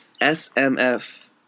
SMF